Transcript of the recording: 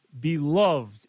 beloved